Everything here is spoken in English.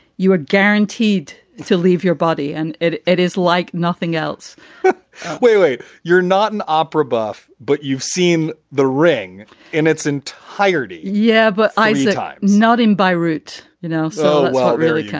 you are guaranteed to leave your body and it it is like nothing else wait, wait. you're not an opera buff, but you've seen the ring in its entirety. yeah, but i'm not in beirut now. you know so while it really counts,